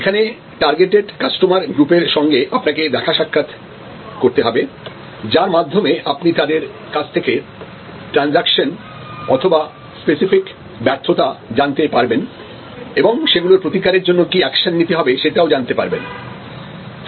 এখানে targeted customer গ্রুপের সঙ্গে আপনাকে দেখা সাক্ষাৎ করতে হবে যার মাধ্যমে আপনি তাদের কাছ থেকে ট্রানজাকশন অথবা স্পেসিফিক ব্যর্থতা জানতে পারবেন এবং সেগুলোর প্রতিকারের জন্য কি অ্যাকশন নিতে হবে সেটাও জানতে পারবেন